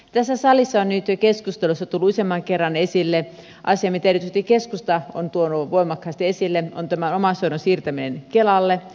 tässä salissa on nyt jo keskustelussa tullut useamman kerran esille asia mitä erityisesti keskusta on tuonut voimakkaasti esille eli tämän omaishoidon siirtäminen kelalle